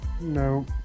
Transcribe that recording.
No